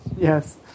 yes